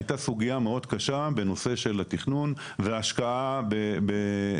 הייתה סוגיה מאוד קשה בנושא של התכנון וההשקעה בתכנון.